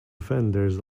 vendors